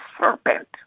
serpent